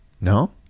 No